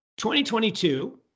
2022